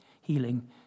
healing